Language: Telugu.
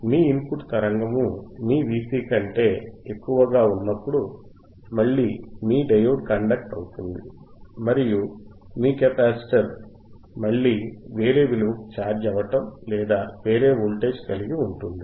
మీ ఇన్పుట్ తరంగము మీ Vc కంటే ఎక్కువగా ఉన్నప్పుడు మళ్ళీ మీ డయోడ్ కండక్ట్ అవుతుంది మరియు మీ కెపాసిటర్ మళ్ళీ వేరే విలువకు ఛార్జ్ అవ్వటం లేదా వేరే వోల్టేజ్ కలిగి ఉంటుంది